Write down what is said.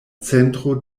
centro